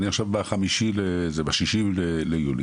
אני עכשיו בחמישי ליולי.